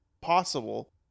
possible